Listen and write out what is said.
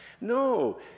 No